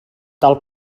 tal